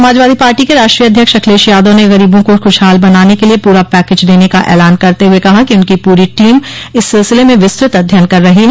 Samajwadi party के राष्ट्रीय अध्यक्ष अखिलेश यादव ने गरीबों को खुशहाल बनाने के लिए पूरा पैकेज देने का ऐलान करते हुए कहा कि उनकी पूरी टीम इस सिलसिले में विस्तृत अध्ययन कर रही है